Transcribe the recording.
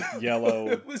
yellow